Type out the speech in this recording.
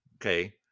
okay